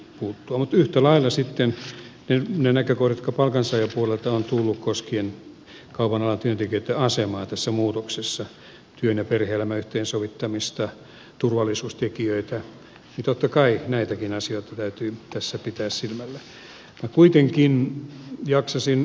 mutta yhtä lailla sitten niitäkin näkökohtia joita palkansaajapuolelta on tullut koskien kaupan alan työntekijöitten asemaa tässä muutoksessa työn ja perhe elämän yhteensovittamista turvallisuustekijöitä täytyy totta kai tässä pitää silmällä